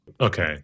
okay